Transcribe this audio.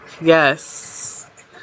Yes